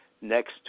next